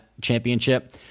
championship